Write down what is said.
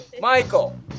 Michael